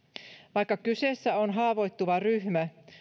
vaikka kyseessä on haavoittuva ryhmä